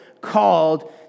called